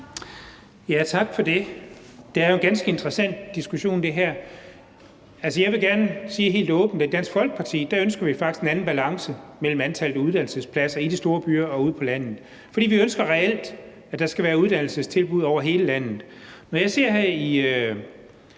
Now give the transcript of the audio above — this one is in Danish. Tak for det. Det er jo en ganske interessant diskussion, det her. Jeg vil gerne sige helt åbent, at i Dansk Folkeparti ønsker vi faktisk en anden balance mellem antallet af uddannelsespladser i de store byer og ude på landet, for vi ønsker, at der reelt skal være uddannelsestilbud over hele landet. Når jeg ser her i